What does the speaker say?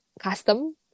custom